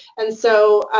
and so